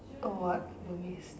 or what movies